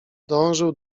dążył